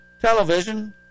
Television